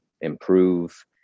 improve